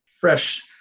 fresh